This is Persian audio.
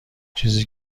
چیزی